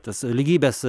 tas lygybės